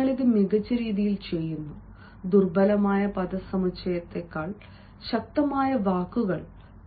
നിങ്ങൾ ഇത് മികച്ചരീതിയിൽ ചെയ്യുന്നു ദുർബലമായ പദസമുച്ചയങ്ങളേക്കാൾ ശക്തമായ വാക്കുകൾ